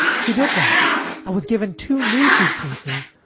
she did that and was given two new suitcases,